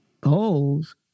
goals